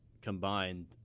combined